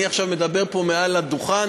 אני עכשיו מדבר פה מעל הדוכן,